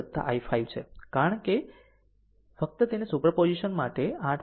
ફક્ત તેને superposition માટે 8